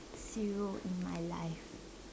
zero in my life